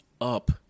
up